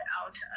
out